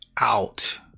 out